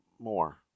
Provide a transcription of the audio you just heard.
more